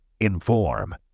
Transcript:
Inform